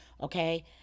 okay